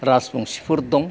राजबंसिफोर दं